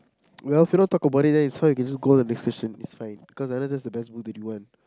well if you don't want talk about it then it's fine you can just go the next question it's fine cause I don't know that the best would you want